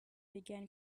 began